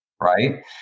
right